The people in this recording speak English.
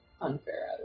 unfair